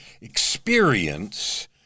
experience